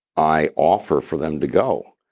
i offer for them to go,